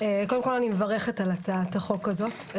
קודם כל אני מברכת על הצעת החוק הזאת.